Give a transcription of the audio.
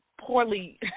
poorly